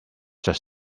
just